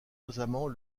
notamment